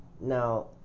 Now